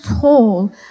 tall